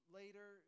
later